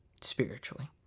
spiritually